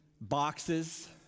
boxes